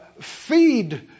feed